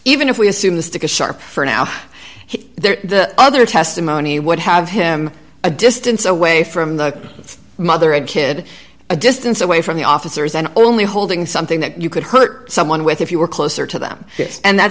even if we assume the stick is sharp for now there the other testimony would have him a distance away from the mother and kid a distance away from the officers and only holding something that you could hurt someone with if you were closer to them and that